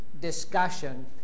discussion